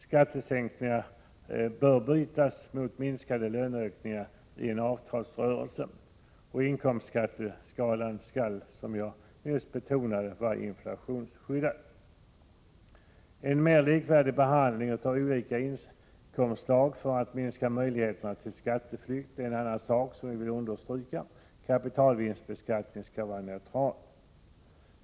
Skattesänkningarna bör i en avtalsrörelse bytas mot en minskning av löneökningarna. Inkomstskatteskalan bör, som jag nyss betonade, vara inflationsskyddad. En mer likvärdig behandling av olika inkomstslag för att minska möjligheterna till skatteflykt är en annan sak som vi vill understryka. Kapitalvinstsbeskattningen skall vara neutral.